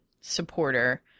supporter